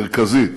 מרכזית,